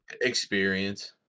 experience